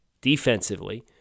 defensively